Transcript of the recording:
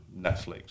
Netflix